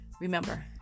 Remember